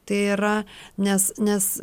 tai yra nes nes